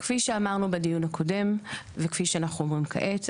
כפי שאמרנו בדיון הקודם וכפי שאנחנו אומרים כעת,